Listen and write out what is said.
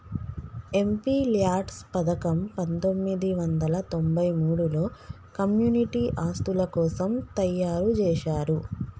MPLADS పథకం పందొమ్మిది వందల తొంబై మూడులో కమ్యూనిటీ ఆస్తుల కోసం తయ్యారుజేశారు